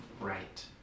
right